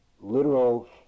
literal